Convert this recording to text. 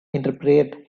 interpret